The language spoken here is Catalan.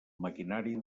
maquinari